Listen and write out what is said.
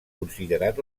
considerat